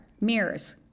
mirrors